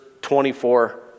24